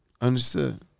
Understood